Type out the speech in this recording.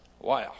Wow